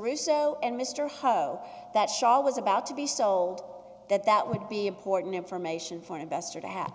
russo and mr ho that shah was about to be sold that that would be important information for an investor to have